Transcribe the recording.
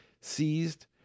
seized